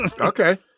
okay